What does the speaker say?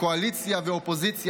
קואליציה ואופוזיציה,